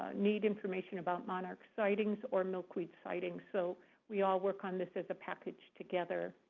need information about monarch sightings or milkweed sightings. so we all work on this as a package together.